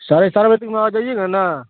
ساڑھے چار بجے تک میں آ جائیے گا نا